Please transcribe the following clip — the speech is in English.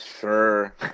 sure